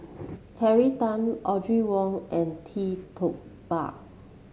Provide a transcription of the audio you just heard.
Terry Tan Audrey Wong and Tee Tua Ba